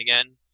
again